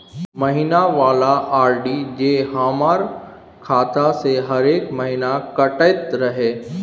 महीना वाला आर.डी जे हमर खाता से हरेक महीना कटैत रहे?